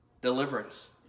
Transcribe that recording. Deliverance